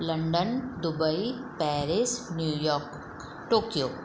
London Dubai Paris New York Tokyo